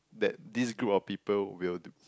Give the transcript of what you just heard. that this group of people will